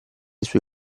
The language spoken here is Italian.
sue